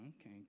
okay